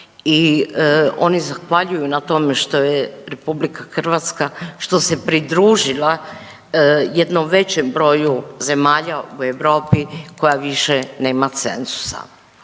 i oni zahvaljuju na tome što je Republika Hrvatska što se pridružila jednom većem broju zemalja u Europi koja više nema cenzusa.